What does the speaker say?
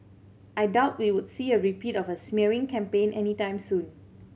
I doubt we would see a repeat of a smearing campaign any time soon